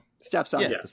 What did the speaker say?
Stepson